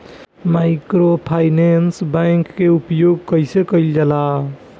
Microfinance bank के उपयोग कइसे कइल जाला?